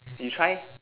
you try